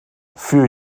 für